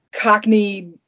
cockney